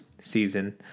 season